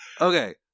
Okay